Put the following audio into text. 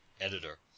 editor